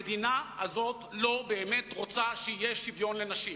המדינה הזאת לא באמת רוצה שיהיה שוויון לנשים.